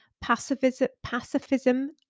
pacifism